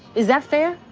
is that fair.